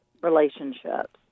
relationships